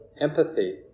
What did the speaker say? empathy